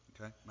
Okay